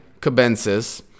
cabensis